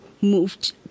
moved